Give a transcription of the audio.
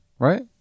Right